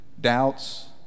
doubts